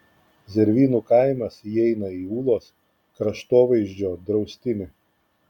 zervynų kaimas įeina į ūlos kraštovaizdžio draustinį